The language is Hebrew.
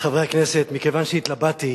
חברי הכנסת, מכיוון שהתלבטתי